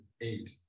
eight